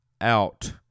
out